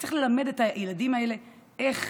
צריך ללמד את הילדים האלה איך